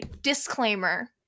disclaimer